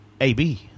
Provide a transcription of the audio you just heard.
AB